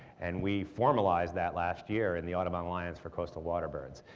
and we formalized that last year in the audubon alliance for coastal waterbirds.